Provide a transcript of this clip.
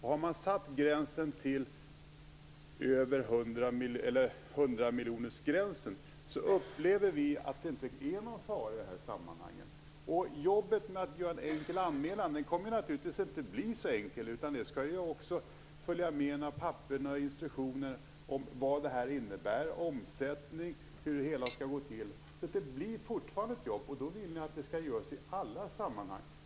Har man satt gränsen till 100 miljoner kronor upplever vi att det inte är någon fara i det här sammanhanget. Att göra en enkel anmälan kommer naturligtvis inte att bli så enkelt, utan det skall följa med några papper och instruktioner om vad det innebär, information om omsättning och hur det hela skall gå till. Det blir fortfarande ett jobb. Då vill ni att det skall göras i alla sammanhang.